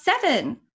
Seven